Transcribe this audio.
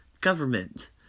government